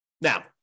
Now